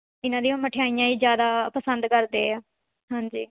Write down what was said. ਇਹਨਾਂ ਦੀਆਂ ਮਠਿਆਈਆਂ ਹੀ ਜ਼ਿਆਦਾ ਪਸੰਦ ਕਰਦੇ ਹੈ ਹਾਂਜੀ